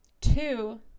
two